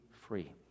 free